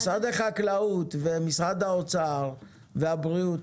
משרד החקלאות ומשרד האוצר והבריאות